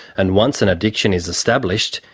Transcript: and once an addiction is established,